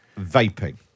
vaping